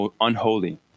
unholy